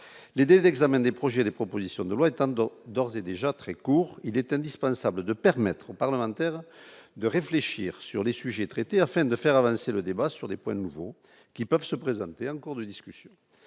y a des examen des projets, des propositions de loi étendant d'ores et déjà très court, il est indispensable de permettre aux parlementaires de réfléchir sur les sujets traités afin de faire avancer le débat sur les points nouveau qui peuvent se présenter en cours de discussion